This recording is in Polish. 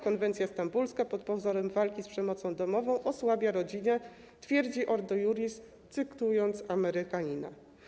Konwencja stambulska pod pozorem walki z przemocą domową osłabia rodzinę - twierdzi Ordo Iuris, cytując Amerykanina.